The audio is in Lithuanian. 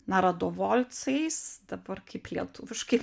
naradovolcais dabar kaip lietuviškai